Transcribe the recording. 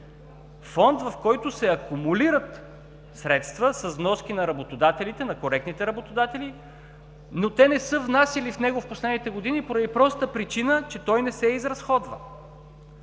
Фонд, в който се акумулират средства с вноски на коректните работодатели, но те не са внасяли в него в последните години, поради простата причина, че той не се изразходва.